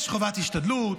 יש חובת השתדלות,